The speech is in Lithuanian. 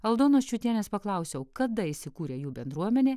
aldonos čiūtienės paklausiau kada įsikūrė jų bendruomenė